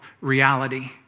reality